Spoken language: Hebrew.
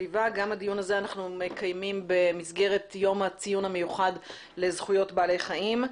הדיון הזה אנחנו מקיימים במסגרת יום הציון המיוחד לזכויות בעלי חיים.